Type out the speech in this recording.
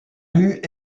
rues